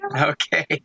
Okay